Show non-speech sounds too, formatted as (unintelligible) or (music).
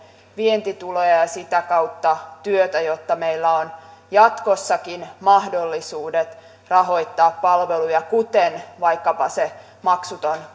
vientituloja ja ja sitä kautta työtä jotta meillä on jatkossakin mahdollisuudet rahoittaa palveluja vaikkapa se maksuton (unintelligible)